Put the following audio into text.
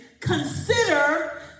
Consider